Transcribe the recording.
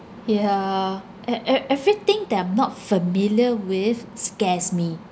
yeah e~ e~ everything that I'm not familiar with scares me